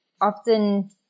often